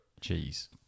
cheese